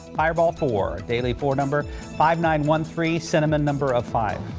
fireball for daily four number five, nine, one, three, seven, the number of five.